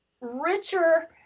richer